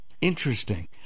Interesting